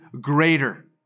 greater